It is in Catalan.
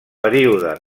període